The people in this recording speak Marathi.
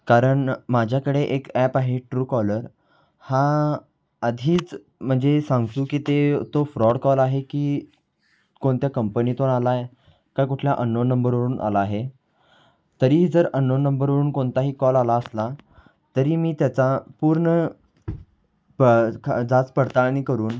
कारण माझ्याकडे एक ॲप आहे ट्रूकॉलर हा आधीच म्हणजे सांगतो की ते तो फ्रॉड कॉल आहे की कोणत्या कंपनीतून आला आहे का कुठल्या अन्नोन नंबरवरून आला आहे तरीही जर अन्नोन नंबरवरून कोणताही कॉल आला असला तरी मी त्याचा पूर्ण प जाच पडताळणी करून